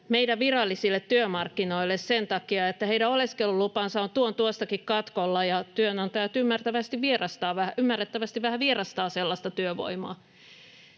meidän virallisille työmarkkinoillemme sen takia, että heidän oleskelulupansa on tuon tuostakin katkolla ja työnantajat ymmärrettävästi vähän vierastavat sellaista työvoimaa,